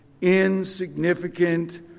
insignificant